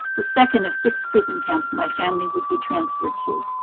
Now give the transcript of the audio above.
the second of six prison camps my family would be transferred to,